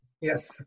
yes